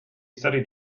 studied